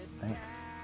Thanks